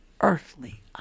earthly